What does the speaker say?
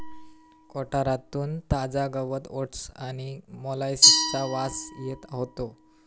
कोठारातून ताजा गवत ओट्स आणि मोलॅसिसचा वास येत होतो